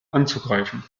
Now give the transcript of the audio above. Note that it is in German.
anzugreifen